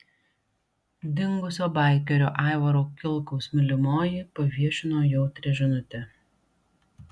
dingusio baikerio aivaro kilkaus mylimoji paviešino jautrią žinutę